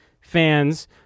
fans